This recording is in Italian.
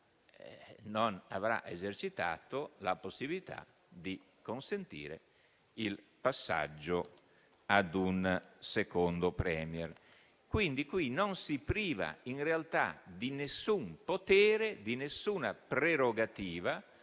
non avrà esercitato la possibilità di consentire il passaggio ad un secondo *Premier.* Pertanto, in realtà non ci si priva di nessun potere, di nessuna prerogativa